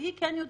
היא כן יודעת.